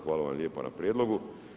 Hvala vam lijepa na prijedlogu.